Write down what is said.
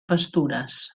pastures